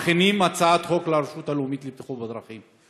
שמכינים הצעת חוק לרשות הלאומית לבטיחות בדרכים.